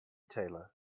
taylor